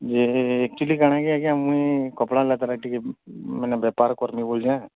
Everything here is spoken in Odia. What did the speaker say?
ଯେ ଆକ୍ଚୁଲି କ'ଣ ଆଜ୍ଞା ମୁଇଁ କପଡ଼ା ଲତାର ଟିକେ ମାନେ ବେପାର କରମି ବୋଲଛେଁ